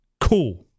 Cool